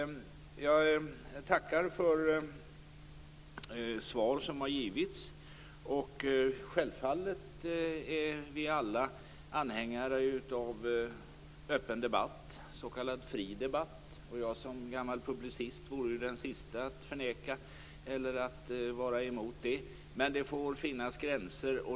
Jag tackar för svar som har givits. Självfallet är vi alla anhängare av öppen debatt - s.k. fri debatt. Jag som gammal publicist är den sista att vara emot det. Men det får finnas gränser.